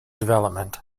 development